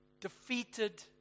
defeated